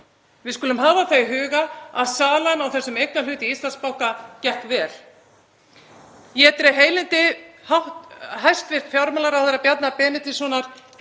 Við skulum hafa það í huga að salan á þessum eignarhlut í Íslandsbanka gekk vel. Ég dreg heilindi hæstv. fjármálaráðherra Bjarna Benediktssonar